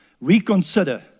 Reconsider